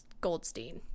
Goldstein